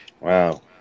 Wow